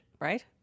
Right